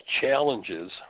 challenges –